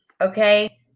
Okay